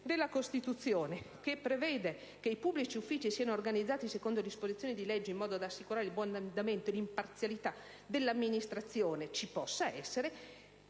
della Costituzione, che prevede: "I pubblici uffici sono organizzati secondo disposizioni di legge, in modo da assicurare il buon andamento e l'imparzialità della amministrazione". I pubblici